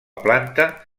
planta